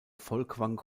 folkwang